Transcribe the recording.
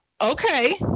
okay